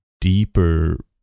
deeper